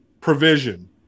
provision